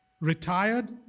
retired